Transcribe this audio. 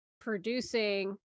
producing